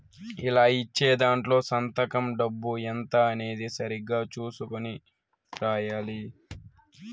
ఇలా ఇచ్చే దాంట్లో సంతకం డబ్బు ఎంత అనేది సరిగ్గా చుసుకొని రాయాలి